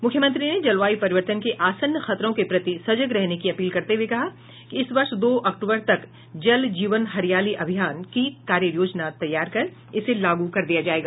मुख्यमंत्री ने जलवायू परिवर्तन के आसन्न खतरों के प्रति सजग रहने की अपील करते हुये कहा कि इस वर्ष दो अक्टूबर तक जल जीवन हरियाली अभियान की कार्य योजना तैयार कर इसे लागू कर दिया जायेगा